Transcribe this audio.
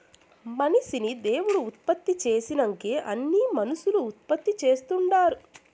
మనిషిని దేవుడు ఉత్పత్తి చేసినంకే అన్నీ మనుసులు ఉత్పత్తి చేస్తుండారు